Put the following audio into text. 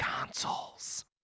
consoles